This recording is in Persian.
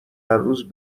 هرروز